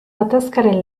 gatazkaren